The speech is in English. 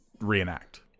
reenact